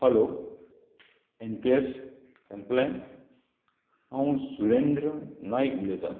hello NPS helpline हांव सुरेंद्र नायक उलयतां